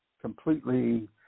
completely